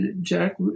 Jack